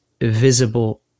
visible